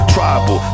Tribal